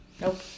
nope